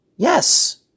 Yes